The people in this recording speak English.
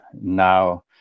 now